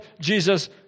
Jesus